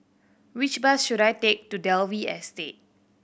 which bus should I take to Dalvey Estate